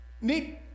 need